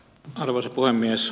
arvoisa puhemies